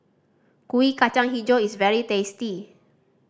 Kuih Kacang Hijau is very tasty